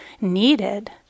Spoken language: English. needed